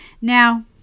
now